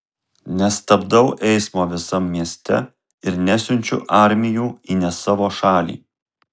nestabdau eismo visam mieste ir nesiunčiu armijų į ne savo šalį